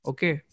Okay